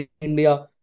India